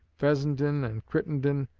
fessenden and crittenden,